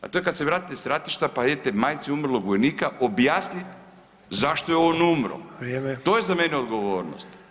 A to je kad se vratite s ratišta pa idete majci umrlog vojnika objasniti zašto je on umro [[Upadica: Vrijeme.]] to je za mene odgovornost.